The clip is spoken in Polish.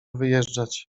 wyjeżdżać